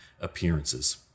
appearances